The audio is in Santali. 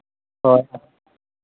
ᱦᱳᱭ